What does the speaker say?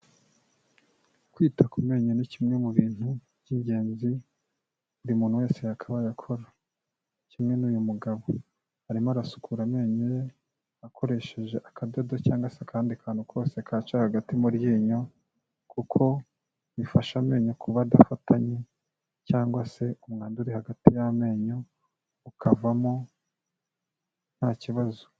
Kwita ku menyo ni kimwe mu bintu by'ingenzi buri muntu wese yakabaye akora, kimwe n'uyu mugabo, arimo arasukura amenyo ye akoresheje akadodo cyangwa se akandi kantu kose kaca hagati mu ryinyo, kuko bifasha amenyo kuba adafatanye cyangwa se umwanwanda uri hagati y'amenyo ukavamo nta kibazo.